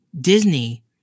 Disney